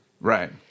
right